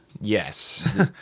Yes